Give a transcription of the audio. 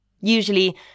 Usually